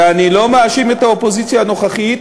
ואני לא מאשים את האופוזיציה הנוכחית,